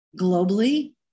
globally